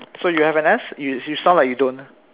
so you have an S you sound like you don't